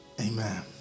Amen